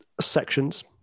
sections